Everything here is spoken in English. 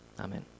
Amen